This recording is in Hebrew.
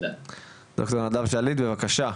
דוקטור נדב שליט, בבקשה.